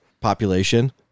population